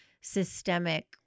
systemic